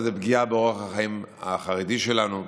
אבל זו פגיעה באורח החיים החרדי שלנו.